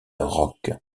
rock